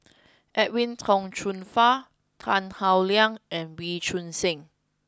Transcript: Edwin Tong Chun Fai Tan Howe Liang and Wee Choon Seng